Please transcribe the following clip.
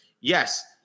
Yes